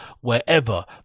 wherever